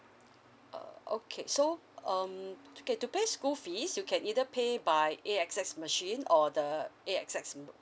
uh okay so um okay to pay school fees you can either pay by A_X_S machine or the A_X_S